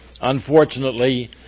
Unfortunately